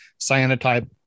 cyanotype